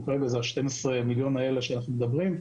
כרגע: אלה ה-12 מיליון שעליהן מדברים,